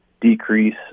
decrease